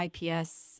IPS